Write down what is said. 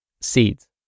seeds